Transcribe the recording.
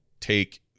take